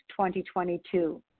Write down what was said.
2022